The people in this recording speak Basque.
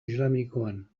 islamikoan